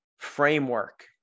framework